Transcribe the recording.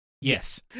Yes